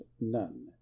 none